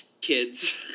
kids